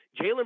Jalen